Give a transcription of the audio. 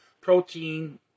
protein